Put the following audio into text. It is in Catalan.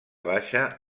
baixa